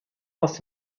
aus